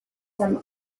some